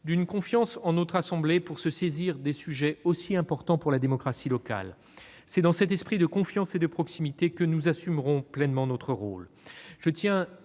d'une confiance en la capacité de notre assemblée à se saisir de sujets aussi importants pour la démocratie locale. C'est dans cet esprit de confiance et de proximité que nous assumerons pleinement notre rôle.